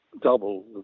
double